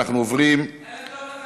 אני יוצא.